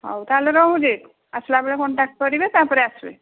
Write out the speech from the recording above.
ହଉ ତାହାଲେ ରହୁଛି ଆସିଲା ବେଳେ କଣ୍ଟାକ୍ଟ କରିବେ ତାପରେ ଆସିବେ